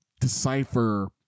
decipher